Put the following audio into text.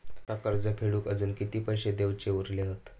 माका कर्ज फेडूक आजुन किती पैशे देऊचे उरले हत?